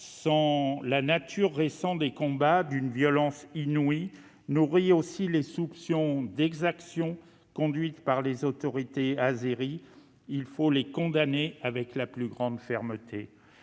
La nature des récents combats, d'une violence inouïe, nourrit les soupçons d'exactions conduites par les autorités azéries, qu'il faut condamner avec la plus grande fermeté.